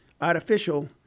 artificial